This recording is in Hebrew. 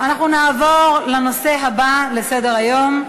אנחנו נעבור לנושא הבא על סדר-היום: